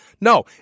No